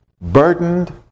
burdened